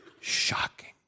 shocking